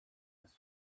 his